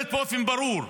שמדברת באופן ברור,